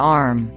arm